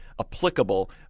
applicable